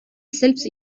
selbst